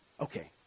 Okay